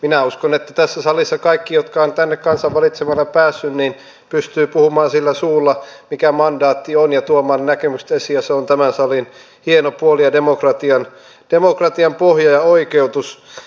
minä uskon että tässä salissa kaikki jotka ovat tänne kansan valitsemina päässeet pystyvät puhumaan sillä suulla mikä mandaatti on ja tuomaan näkemystä esiin ja se on tämän salin hieno puoli ja demokratian pohja ja oikeutus